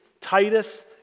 Titus